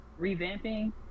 revamping